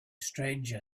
stranger